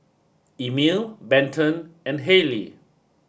Emile Benton and Haley